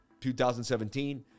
2017